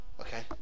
Okay